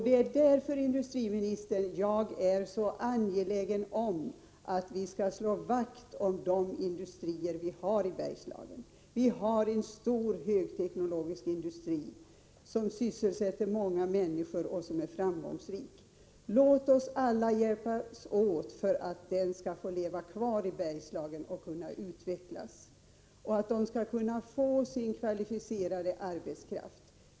Det är därför, industriministern, som jag är så angelägen om att vi skall slå vakt om de industrier vi har i Bergslagen. Vi har en stor högteknologisk industri, som sysselsätter många människor och som är framgångsrik. Låt oss alla hjälpas åt för att den skall få leva kvar och utvecklas i Bergslagen och för att den skall få den kvalificerade arbetskraft den behöver!